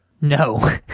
No